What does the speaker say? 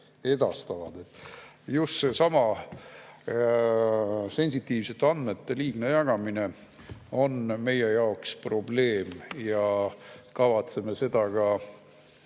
edastab" –, just seesama sensitiivsete andmete liigne jagamine on meie jaoks probleem ja me kavatseme seda ka